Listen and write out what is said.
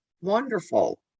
wonderful